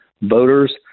voters